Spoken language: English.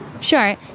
Sure